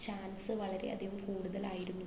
chance വളരെ അധികം കൂടുതലായിരുന്നു